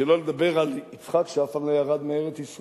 שלא לדבר על יצחק, שאף פעם לא ירד מארץ-ישראל.